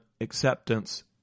acceptance